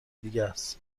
دیگهس